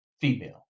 female